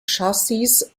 chassis